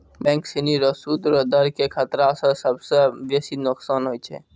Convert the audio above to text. bank सिनी रो सूद रो दर के खतरा स सबसं बेसी नोकसान होय छै